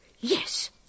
Yes